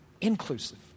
Inclusive